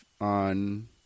on